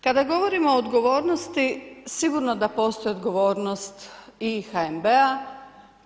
Kada govorimo o odgovornosti sigurno da postoji odgovornost i HNB-a.